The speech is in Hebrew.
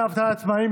דמי אבטלה לעצמאים),